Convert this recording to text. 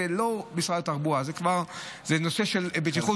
זה לא משרד התחבורה, זה כבר נושא של בטיחות,